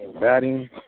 batting